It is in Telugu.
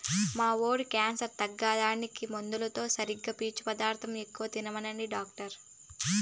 మా వోడి క్యాన్సర్ తగ్గేదానికి మందులతో సరిగా పీచు పండ్లు ఎక్కువ తినమంటిరి డాక్టర్లు